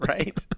Right